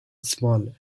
small